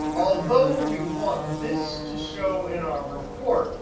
although we want this to show in our report,